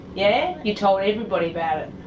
yeah? you told everybody about